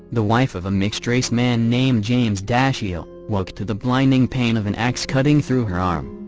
the wife of a mixed-race man named james dashiell woke to the blinding pain of an ax cutting through her arm.